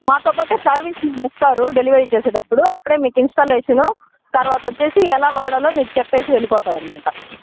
మాతో పాటు సర్వీసింగ్ వస్తారు డెలివరీ చేసేటప్పుడు అప్పుడే మీకు ఇన్స్టాలేషను తర్వాత వచ్చి ఎలా వాడాలో మీకు చెప్పి వెళ్ళిపోతారు అన్నమాట